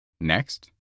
Next